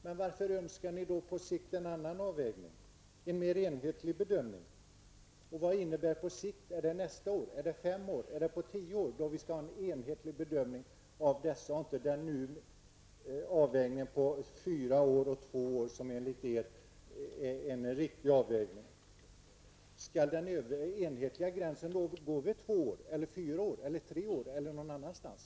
Men varför önskar socialdemokraterna på sikt en annan avvägning, en mer enhetlig bedömning? Vad innebär på sikt -- är det nästa år, om fem år, om tio år -- då vi skall ha en enhetlig bedömning och inte den avvägning som nu finns, och som innebär fyra och två år, vilken enligt socialdemokraterna är en riktig avvägning. Skall den enhetliga gränsen gå vid två, fyra, tre år eller någon annanstans?